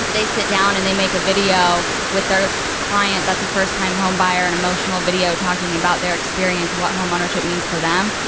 if they sit down and they make a video with their client, that's a first time home buyer and emotional video talking about their experience and what home ownership means for them.